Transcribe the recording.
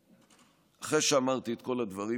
אחרי שאמרתי את כל הדברים,